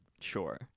sure